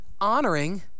honoring